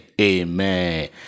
amen